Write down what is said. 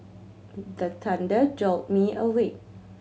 the thunder jolt me awake